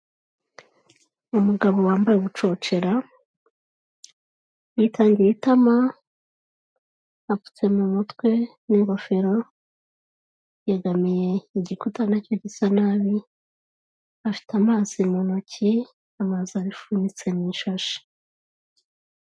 Umugabo wambaye ubucocera witangiye itama apfutse mu mutwe n'ingofero, yegamiye igikuta nacyo gisa nabi, afite amazi mu ntoki, amazi afunyitse mu ishashi.